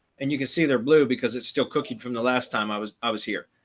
and you can see there blue, because it's still cooking from the last time i was i was here,